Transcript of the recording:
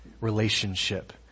relationship